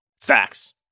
Facts